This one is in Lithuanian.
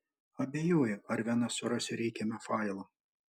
abejoju ar viena surasiu reikiamą failą